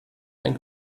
ein